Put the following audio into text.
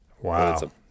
Wow